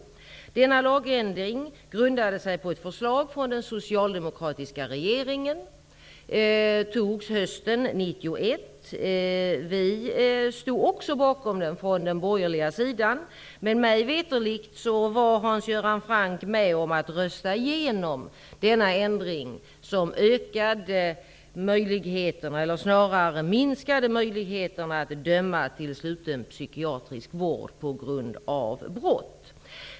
Denna lagändring grundade sig på ett förslag från den socialdemokratiska regeringen och antogs hösten 1991. Vi på den borgerliga sidan stod också bakom den här ändringen. Mig veterligt var Hans Göran Franck med om att rösta igenom denna ändring, som minskade möjligheterna att döma till sluten psykiatrisk vård på grund av brott.